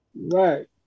Right